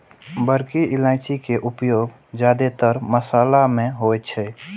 बड़की इलायची के उपयोग जादेतर मशाला मे होइ छै